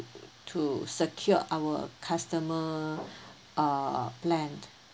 to secured our customer uh plan